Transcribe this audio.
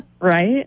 right